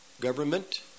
government